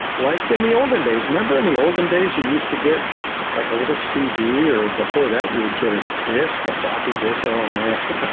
like in the olden days. remember in the olden days you used to get like a little cd, or before that you would get a disk, a floppy disk. oh, man.